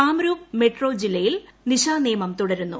Kamrup metro ഷ്ട്രില്ല്യിൽ നിശാനിയമം തുടരുന്നു